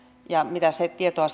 ja mitä se tietoa